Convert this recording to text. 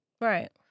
right